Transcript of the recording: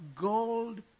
gold